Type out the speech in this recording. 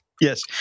Yes